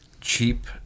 cheap